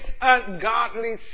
ungodly